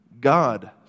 God